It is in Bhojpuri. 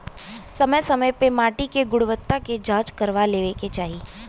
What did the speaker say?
समय समय पे माटी के गुणवत्ता के जाँच करवा लेवे के चाही